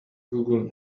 google